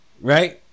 Right